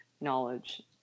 knowledge